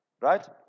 right